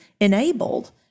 enabled